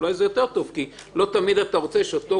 אולי זה יותר טוב כי לא תמיד אתה רוצה שאותו